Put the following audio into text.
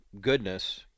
goodness